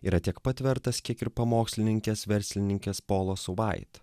yra tiek pat vertas kiek ir pamokslininkės verslininkės polos vait